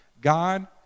God